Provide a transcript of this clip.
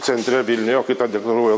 centre vilniuje o kitą deklaruoja